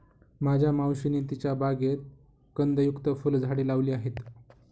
माझ्या मावशीने तिच्या बागेत कंदयुक्त फुलझाडे लावली आहेत